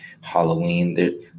Halloween